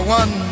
one